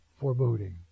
foreboding